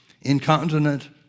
incontinent